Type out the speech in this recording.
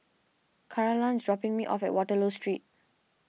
Carolann is dropping me off at Waterloo Street